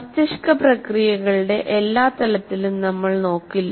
മസ്തിഷ്ക പ്രക്രിയകളുടെ എല്ലാ തലങ്ങളും നമ്മൾ നോക്കില്ല